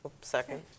Second